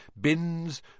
Bins